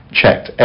checked